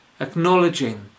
acknowledging